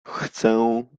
chcę